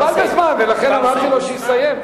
מוגבל בזמן, ולכן אמרתי לו שיסיים.